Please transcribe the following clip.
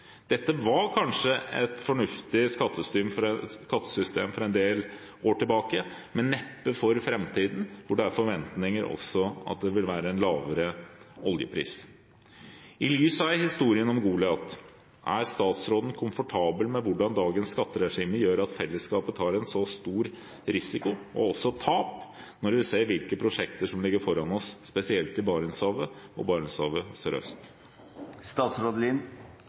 Dette var kanskje et fornuftig skattesystem for en del år siden, men neppe for framtiden, da det er forventninger om at det vil være en lavere oljepris. I lys av historien om Goliat, er statsråden komfortabel med hvordan dagens skatteregime gjør at fellesskapet tar en så stor risiko, og også tap, når vi ser hvilke prosjekter som ligger foran oss, spesielt i Barentshavet og Barentshavet